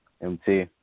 MT